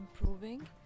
improving